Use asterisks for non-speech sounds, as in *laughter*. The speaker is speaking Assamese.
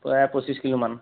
*unintelligible* পঁচিছ কিলোমান